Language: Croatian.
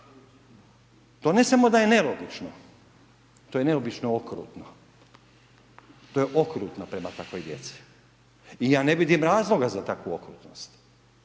To ne samo da je nelogično, to je neobično okrutno, to je okrutno prema takvoj djeci. I ja ne vidim razloga za takvu okrutnost.